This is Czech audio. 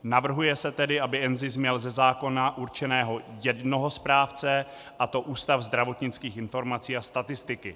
Navrhuje se tedy, aby NZIS měl ze zákona určeného jednoho správce, a to Ústav zdravotnických informací a statistiky.